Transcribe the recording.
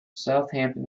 southampton